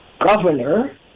governor